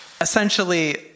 Essentially